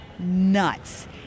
Nuts